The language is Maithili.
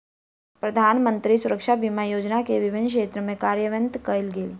प्रधानमंत्री सुरक्षा बीमा योजना के विभिन्न क्षेत्र में कार्यान्वित कयल गेल